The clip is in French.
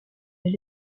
est